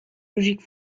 logique